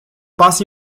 pas